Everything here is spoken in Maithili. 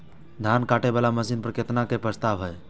धान काटे वाला मशीन पर केतना के प्रस्ताव हय?